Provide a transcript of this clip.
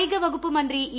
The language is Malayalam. കായികവകുപ്പ് മന്ത്രി ഇ